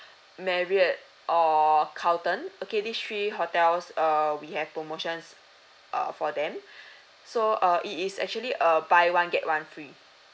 Marriott or Carlton okay these three hotels err we have promotions err for them so uh it is actually a buy one get one free